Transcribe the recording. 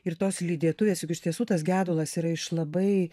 ir tos lydetuvės juk iš tiesų tas gedulas yra iš labai